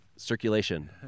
Circulation